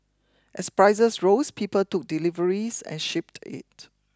as prices rose people took deliveries and shipped it